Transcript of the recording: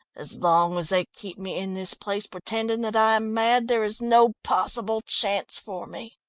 as long as they keep me in this place pretending that i am mad, there is no possible chance for me.